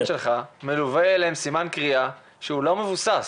שלך מלווה סימן קריאה שהוא לא מבוסס.